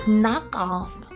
knockoff